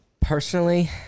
personally